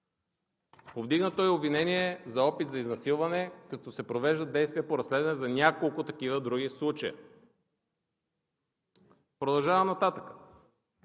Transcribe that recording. Повдигнато е обвинение за опит за изнасилване, като се провеждат действия по разследване за няколко такива други случая. Продължавам нататък